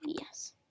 yes